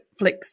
Netflix